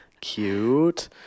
Cute